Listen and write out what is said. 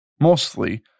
mostly